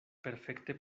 perfekte